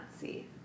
see